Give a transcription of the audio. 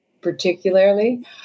particularly